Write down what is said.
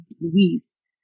Luis